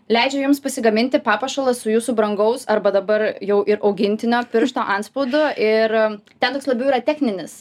leidžiu jums pasigaminti papuošalą su jūsų brangaus arba dabar jau ir augintinio piršto antspaudu ir ten tpks labiau yra techninis